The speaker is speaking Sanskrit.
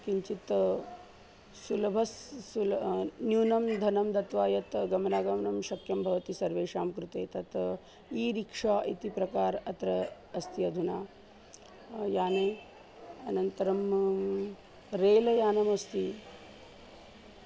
किञ्चित् सुलभस् सुल न्यूनं धनं दत्वा यत् गमनागमनं शक्यं भवति सर्वेषां कृते तत् ई रिक्षा इति प्रकारः अत्र अस्ति अधुना याने अनन्तरं रेलयानमस्ति